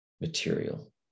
material